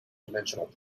dimensional